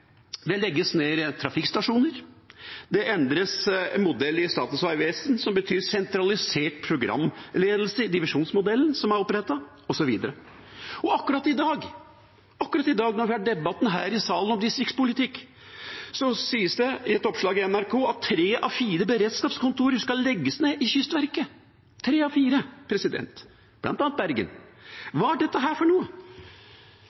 Det legges ned trafikkstasjoner. Modellen i Statens vegvesen endres, noe som betyr sentralisert programledelse i divisjonsmodellen som er opprettet, osv. Akkurat i dag, når vi har debatt i salen om distriktspolitikk, sies det i et oppslag i NRK at tre av fire beredskapskontorer i Kystverket skal legges ned, bl.a. i